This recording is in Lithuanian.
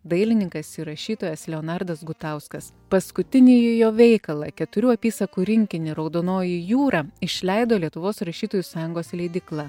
dailininkas ir rašytojas leonardas gutauskas paskutinįjį jo veikalą keturių apysakų rinkinį raudonoji jūra išleido lietuvos rašytojų sąjungos leidykla